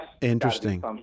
interesting